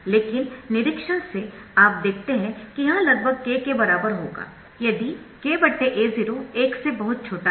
लेकिन निरीक्षण से आप देखते है कि यह लगभग k के बराबर होगा यदि kA0 एक से बहुत छोटा है